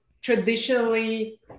traditionally